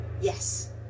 Yes